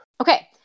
Okay